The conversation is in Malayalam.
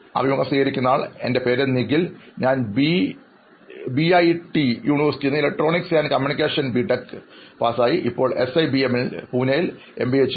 അഭിമുഖം സ്വീകരിക്കുന്നയാൾ എൻറെ പേര് നിഖിൽ ഞാൻ ബി ഐ ടി യൂണിവേഴ്സിറ്റിയിൽനിന്ന് ഇലക്ട്രോണിക്സ് ആൻഡ് കമ്യൂണിക്കേഷൻ ബിടെക് കൈവരിച്ചു ഇപ്പോൾ എസ് ഐ ബി എം പൂനയിൽ എം ബി എ ചെയ്യുന്നു